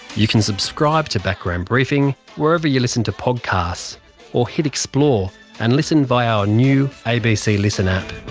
you can subscribe to background briefing wherever you listen to podcasts or hit explore and listen via our new abc listen app